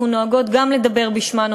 אנחנו נוהגות גם לדבר בשמן,